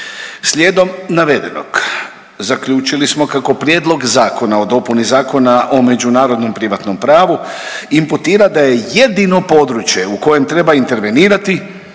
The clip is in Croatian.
Slijedom navedenog, zaključili smo kako Prijedlog zakona o dopuni Zakona o međunarodnom privatnom pravu imputira da je jedino područje u kojem treba intervenirati